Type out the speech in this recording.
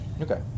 Okay